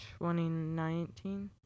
2019